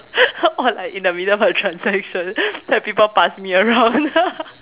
or like in the middle of transaction then people pass me around